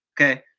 Okay